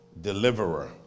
deliverer